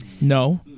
No